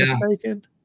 mistaken